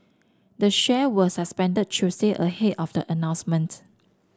the shares were suspended Tuesday ahead of the announcement